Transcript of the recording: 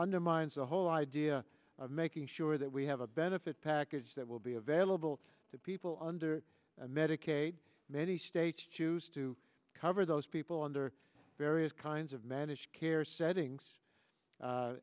undermines the whole idea of making sure that we have a benefit package that will be available to people under medicaid many states choose to cover those people under various kinds of managed care settings